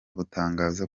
butangaza